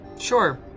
Sure